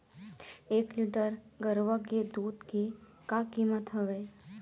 एक लीटर गरवा के दूध के का कीमत हवए?